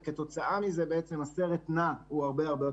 וכתוצאה מזה הסרט הנע הוא הרבה יותר